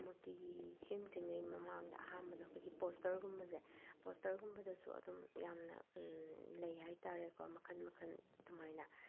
ꯃꯨꯔꯇꯤꯒꯤ ꯁꯦꯝꯗ꯭ꯔꯤꯉꯩ ꯃꯃꯥꯡꯗ ꯑꯍꯥꯟꯕꯗ ꯑꯩꯈꯣꯏꯒꯤ ꯄꯣꯁꯇ꯭ꯔꯒꯨꯝꯕꯁꯦ ꯄꯣꯁꯇ꯭ꯔꯒꯨꯝꯕꯗꯖꯁꯨ ꯑꯗꯨꯝ ꯌꯥꯝꯅ ꯂꯩ ꯍꯥꯏꯇꯥꯔꯦꯀꯣ ꯃꯈꯜ ꯃꯈꯜ ꯑꯗꯨꯃꯥꯏꯅ